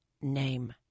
name